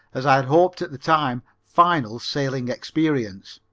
as i had hoped at the time, final sailing experience.